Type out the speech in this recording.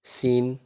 চীন